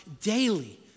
daily